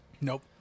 Nope